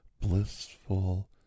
blissful